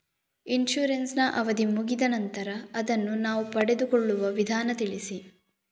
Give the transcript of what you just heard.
Insurance ನ ಅವಧಿ ಮುಗಿದ ನಂತರ ಅದನ್ನು ನಾವು ಪಡೆದುಕೊಳ್ಳುವ ವಿಧಾನ ತಿಳಿಸಿ?